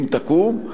אם תקום,